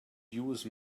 use